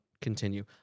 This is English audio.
continue